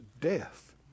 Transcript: death